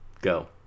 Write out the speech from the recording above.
Go